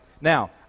Now